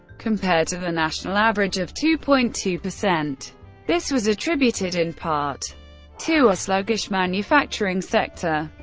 compared to the national average of two point two percent this was attributed in part to a sluggish manufacturing sector.